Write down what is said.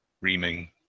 reaming